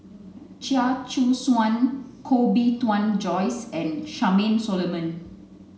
Chia Choo Suan Koh Bee Tuan Joyce and Charmaine Solomon